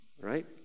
Right